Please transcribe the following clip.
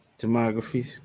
Demography